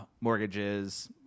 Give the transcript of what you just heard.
mortgages